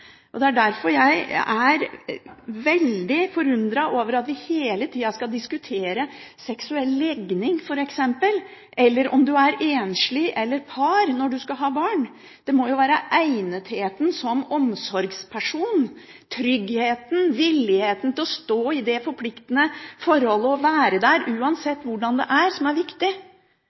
er jeg veldig forundret over at vi hele tida skal diskutere seksuell legning, f.eks., eller om du er enslig eller par når du skal ha barn. Det må være egnetheten som omsorgsperson – tryggheten, villigheten til å stå i det forpliktende forholdet og være der, uansett hvordan det er – som er viktig.